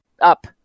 up